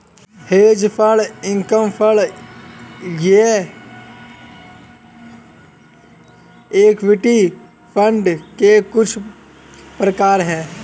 hedge fund income fund ये equity fund के कुछ प्रकार हैं